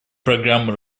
программа